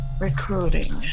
Recruiting